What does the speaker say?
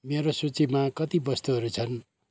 मेरो सूचीमा कति वस्तुहरू छन्